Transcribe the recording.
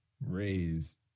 raised